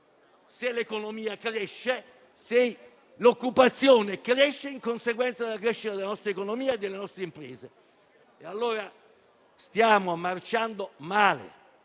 se l'economia cresce, se l'occupazione cresce in conseguenza della crescita della nostra economia e delle nostre imprese. Stiamo marciando male.